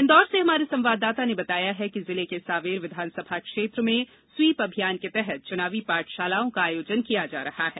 इन्दौर से हमारे संवाददाता ने बताया है कि जिले के सांवेर विधानसभा क्षेत्र में स्वीप अभियान के तहत च्चनावी पाठशालाओं का आयोजन किया जा रहा है